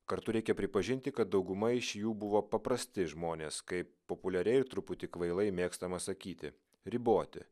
kartu reikia pripažinti kad dauguma iš jų buvo paprasti žmonės kaip populiariai ir truputį kvailai mėgstama sakyti riboti